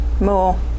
more